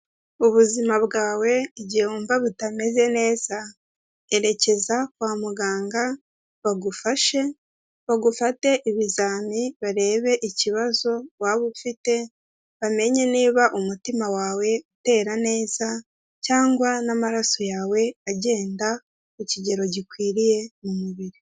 Ubuzima bwawe igihe wumva butameze neza erekeza kwa muganga bagufashe bagufate ibizami barebe ikibazo waba ufite, bamenye niba umutima wawe utera neza cyangwa n'amaraso yawe agenda ku kigero gikwiriye umubiri.